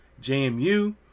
JMU